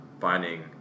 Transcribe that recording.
finding